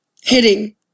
Hitting